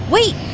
Wait